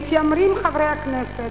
מתיימרים חברי הכנסת,